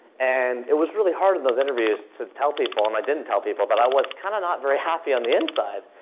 and it was really hard in those interviews to tell people and i didn't tell people that i was kind of not very happy on the inside.